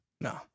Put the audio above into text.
No